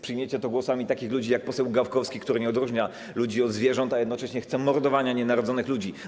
Przyjmiecie to głosami takich ludzi, jak poseł Gawkowski, który nie odróżnia ludzi od zwierząt, a jednocześnie chce mordowania nienarodzonych ludzi.